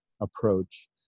approach